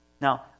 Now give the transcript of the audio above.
Now